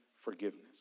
forgiveness